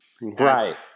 Right